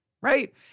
right